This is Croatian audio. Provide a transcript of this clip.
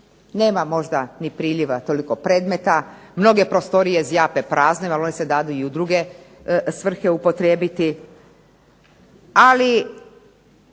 nema možda ni priliva toliko predmeta, mnoge prostorije zjape prazne … /Govornica se ne razumije./… i u druge svrhe upotrijebiti. Ali